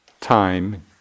time